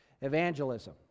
evangelism